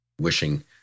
wishing